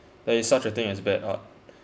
there is such a thing as bad art